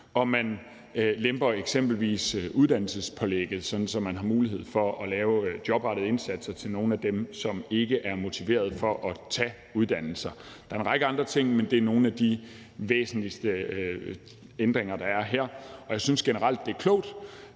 og at man eksempelvis lemper uddannelsespålægget, sådan at man har mulighed for at lave jobrettede indsatser til nogle af dem, som ikke er motiveret for at tage en uddannelse. Der er en række andre ting, men det her er nogle af de væsentligste ændringer, der er. Jeg synes generelt, det er klogt